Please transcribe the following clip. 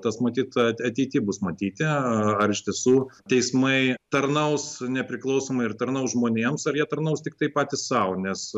tas matyt ateityje bus matyti ar iš tiesų teismai tarnaus nepriklausomai ir tarnaus žmonėms ar jie tarnaus tiktai patys sau nes